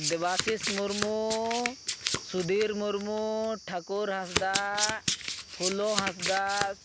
Debasish Murmu Sudhir Murmu Thakur Hansdak Phulo Hansdak